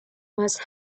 must